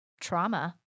trauma